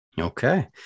okay